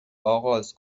آغاز